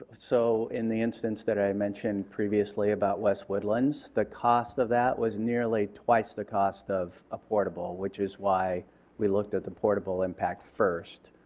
so in the instance that i mentioned previously about west woodland the cost of that was nearly twice the cost of a portable which is why we looked at the portable impact first.